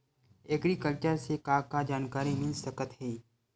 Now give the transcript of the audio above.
Agriculture से का का जानकारी मिल सकत हे?